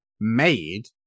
made